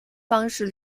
方式